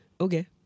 Okay